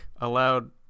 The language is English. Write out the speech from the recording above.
allowed